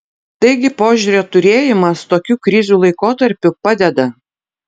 taigi požiūrio turėjimas tokių krizių laikotarpiu padeda